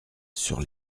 sur